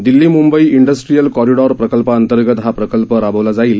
Delhi Mumbai industrial corridor प्रकल्पांतर्गत हा प्रकल्प राबवला जाईल